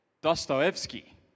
Dostoevsky